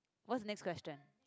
what's next question